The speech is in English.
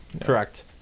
Correct